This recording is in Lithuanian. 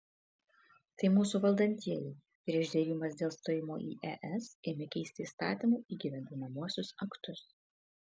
tai mūsų valdantieji prieš derybas dėl stojimo į es ėmė keisti įstatymų įgyvendinamuosius aktus